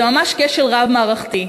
זה ממש כשל רב-מערכתי.